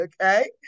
okay